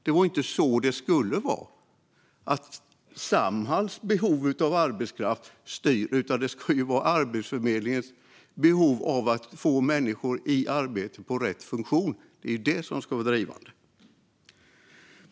Det ska inte vara så att Samhalls behov av arbetskraft styr, utan det ska vara Arbetsförmedlingens behov av att få människor i arbete på rätt funktion som ska vara drivande.